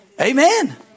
Amen